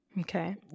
Okay